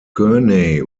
gurney